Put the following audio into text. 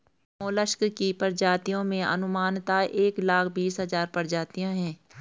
mollusc की प्रजातियों में अनुमानतः एक लाख बीस हज़ार प्रजातियां है